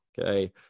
okay